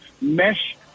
mesh